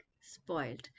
spoiled